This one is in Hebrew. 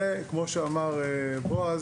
וכמו שאמר בעז,